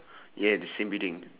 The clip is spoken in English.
yeah the same building